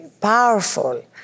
powerful